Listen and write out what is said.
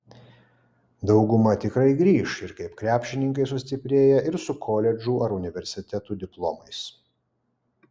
dauguma tikrai grįš ir kaip krepšininkai sustiprėję ir su koledžų ar universitetų diplomais